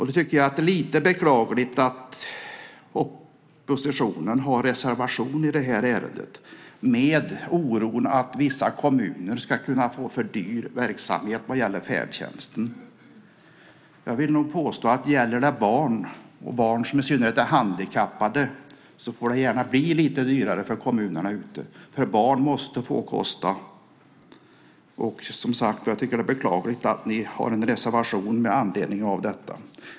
Då tycker jag att det är lite beklagligt att oppositionen har reservationer i det här avseendet, med oro för att vissa kommuner kan få för dyr verksamhet vad gäller färdtjänsten. Jag vill påstå att när det gäller barn, i synnerhet barn med handikapp, får det gärna bli lite dyrare för kommunerna. Barn måste få kosta. Som sagt är det beklagligt att ni har en reservation med anledning av detta.